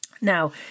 now